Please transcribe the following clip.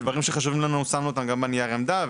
הדברים שחשוב לנו שמנו אותם גם על נייר עמדה,